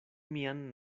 mian